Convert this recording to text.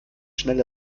schnell